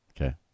Okay